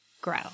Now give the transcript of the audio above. grow